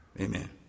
Amen